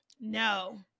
No